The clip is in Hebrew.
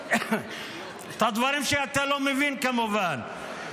את הדברים שאתה לא מבין, כמובן.